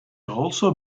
also